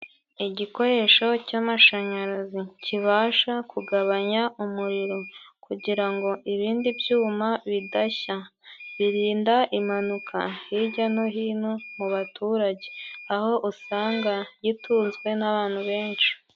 Igikoresho cy'amashanyarazi kibasha kugabanya umuriro kugira ngo ibindi byuma bidashya, birinda impanuka hijya no hino mu baturage aho usanga gitunzwe n'abantu benshi.